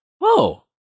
Whoa